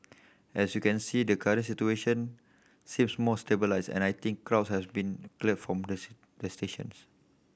as you can see the current situation seems more stabilised and I think crowds has been cleared from the the stations